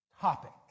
topic